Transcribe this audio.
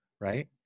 right